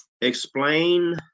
Explain